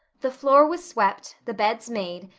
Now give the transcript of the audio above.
the floor was swept, the beds made,